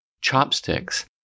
Chopsticks